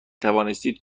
توانستید